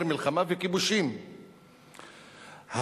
וכיבושים,